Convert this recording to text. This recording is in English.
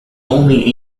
only